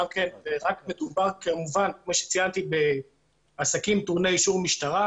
מדובר בעסקים טעוני אישור משטרה,